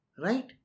Right